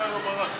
ועדת